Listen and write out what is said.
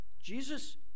Jesus